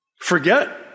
Forget